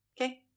okay